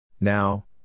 Now